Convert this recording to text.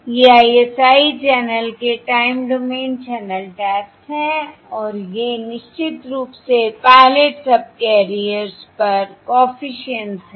ये ISI channel के time domain channel taps हैं और ये निश्चित रूप से पायलट सबकैरियर्स पर कॉफिशिएंट्स हैं